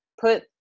Put